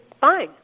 fine